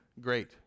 great